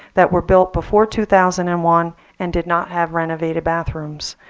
that were built before two thousand and one and did not have renovated bathrooms.